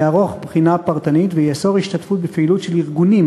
יערוך בחינה פרטנית ויאסור השתתפות בפעילות של ארגונים